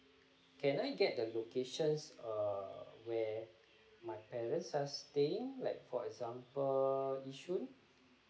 can I get the location err where my parents are staying like for example yishun